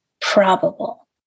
probable